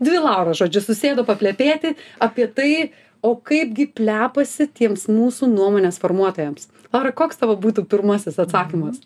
dvi lauros žodžiu susėdo paplepėti apie tai o kaipgi plepasi tiems mūsų nuomonės formuotojams ar koks tavo būtų pirmasis atsakymas